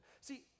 See